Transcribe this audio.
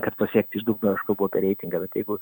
kad pasiekti iš dugno aš kalbu apie reitingą bet jeigu